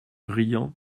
riant